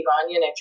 Iranian